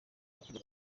bakiri